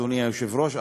אדוני היושב-ראש,